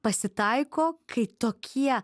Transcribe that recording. pasitaiko kai tokie